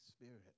Spirit